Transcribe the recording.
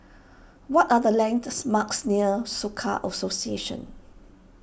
what are the landmarks near Soka Association